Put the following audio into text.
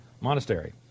monastery